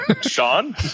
Sean